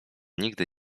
nigdy